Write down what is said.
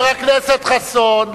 יושב-ראש הכנסת יסכים לזה?